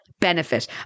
benefit